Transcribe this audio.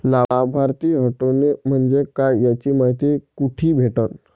लाभार्थी हटोने म्हंजे काय याची मायती कुठी भेटन?